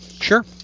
Sure